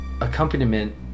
accompaniment